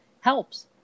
helps